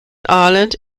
ireland